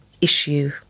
issue